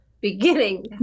beginning